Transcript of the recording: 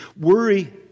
worry